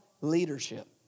leadership